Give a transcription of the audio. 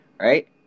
right